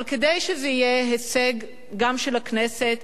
אבל כדי שזה יהיה הישג גם של הכנסת,